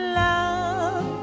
love